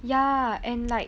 ya and like